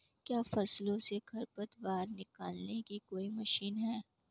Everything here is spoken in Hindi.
क्या फसलों से खरपतवार निकालने की कोई मशीन है?